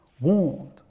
warned